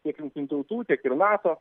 tiek jungtinių tautų tiek ir nato